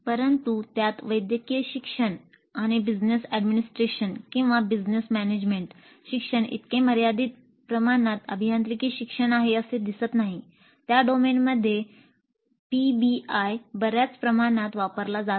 परंतु त्यात वैद्यकीय शिक्षण आणि बिझिनेस ऍडमिनिस्ट्रेशन पीबीआय बर्याच प्रमाणात वापरला जात आहे